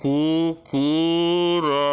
କୁକୁର